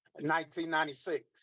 1996